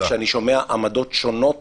כשאני שומע עמדות שונות